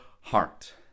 heart